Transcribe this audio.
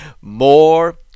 more